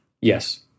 Yes